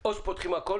או שפותחים הכול